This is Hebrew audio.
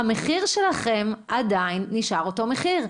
המחיר שלכם עדיין נשאר אותו מחיר.